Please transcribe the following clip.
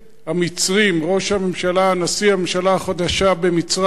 המצרים, ראש הממשלה, נשיא הממשלה החדשה במצרים,